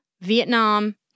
Vietnam